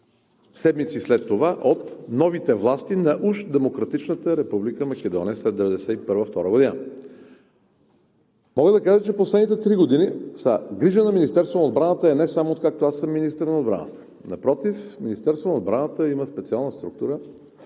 седмици след това от новите власти на уж демократичната Република Македония след 1991 – 1992 г. Мога да кажа, че това е грижа на Министерството на отбраната, и не само откакто аз съм министър на отбраната. Напротив, Министерството на отбраната има специална структура